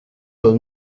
los